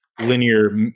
linear